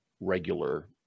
regular